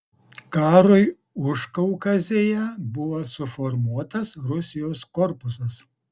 karui užkaukazėje buvo suformuotas rusijos korpusas